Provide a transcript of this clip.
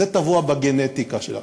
זה טבוע בגנטיקה שלנו.